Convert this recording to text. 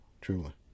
truly